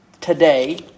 today